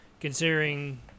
considering